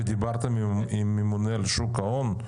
האם דיברתם עם הממונה על שוק ההון?